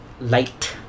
light